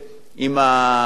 משלמים את זה בהמשך.